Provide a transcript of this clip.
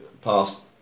past